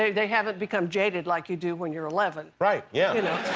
they haven't become jaded like you do when you're eleven. right. yeah. you know?